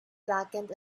blackened